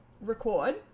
record